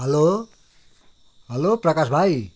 hello hello Prakash भाइ